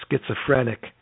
schizophrenic